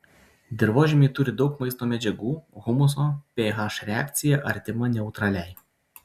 dirvožemiai turi daug maisto medžiagų humuso ph reakcija artima neutraliai